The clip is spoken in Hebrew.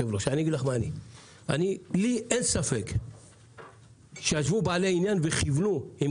לי אין ספק שישבו בעלי עניין וכיוונו עם